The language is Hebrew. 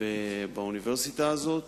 באוניברסיטה הזאת.